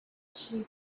she